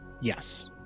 Yes